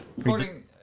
According